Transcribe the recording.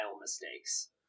mistakes